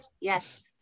yes